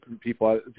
people